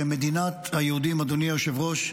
אדוני היושב-ראש,